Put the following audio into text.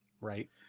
Right